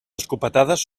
escopetades